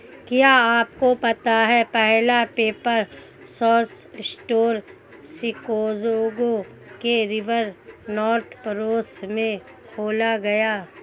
क्या आपको पता है पहला पेपर सोर्स स्टोर शिकागो के रिवर नॉर्थ पड़ोस में खोला गया?